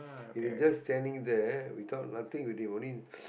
he's just standing there we thought nothing already only